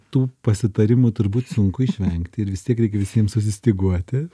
tų pasitarimų turbūt sunku išvengti ir vis tiek reikia visiems susistyguoti